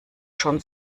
schon